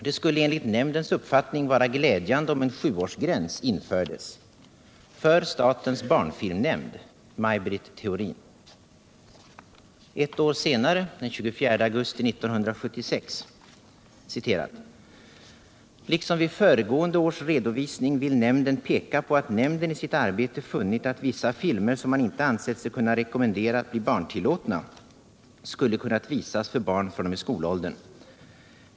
Det skulle enligt nämndens uppfattning vara glädjande om en 7 årsgräns infördes. Ett år senare, den 24 augusti 1976, skriver nämnden: ”Liksom vid föregående års redovisning vill nämnden peka på att nämnden i sitt arbete funnit att vissa filmer som man inte ansett sig kunna rekommendera att bli barntillåtna, skulle kunnat visas för barn fr.o.m. skolåldern.